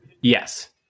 yes